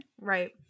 right